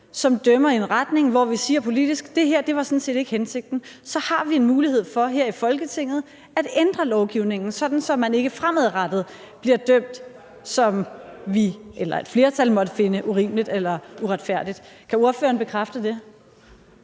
som dømmer i en retning, hvor vi siger politisk, at det ikke var hensigten, så har vi en mulighed for her i Folketinget at ændre lovgivningen, sådan at man ikke fremadrettet bliver dømt, som et flertal måtte finde urimeligt eller uretfærdigt – kan ordføreren bekræfte det?